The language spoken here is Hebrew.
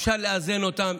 אפשר לאזן אותם,